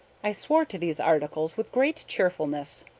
i swore to these articles with great cheerfulness,